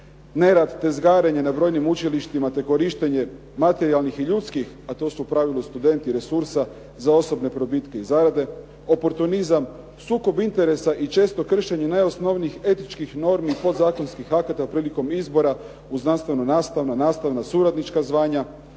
se ne razumije./… na brojnim učilištima te korištenje materijalnih i ljudskih, a to su u pravilu studenti resursa za osobne probitke i zarade. Oportunizam, sukob interesa i često kršenje najosnovnijih etičkih normi i podzakonskih akta prilikom izbora u znanstveno nastavna, nastavna suradnička znanja,